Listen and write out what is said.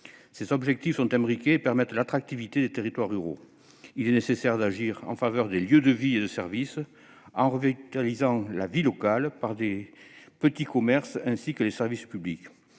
Ces objectifs sont imbriqués et permettent l'attractivité des territoires ruraux. Il est nécessaire d'agir en faveur des lieux de vie et de services en revitalisant la vie locale par les petits commerces, ainsi que les services publics,